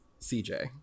cj